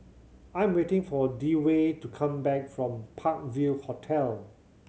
I'm waiting for Dewey to come back from Park View Hotel